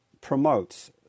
promotes